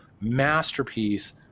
masterpiece